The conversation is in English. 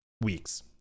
weeks